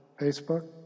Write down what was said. Facebook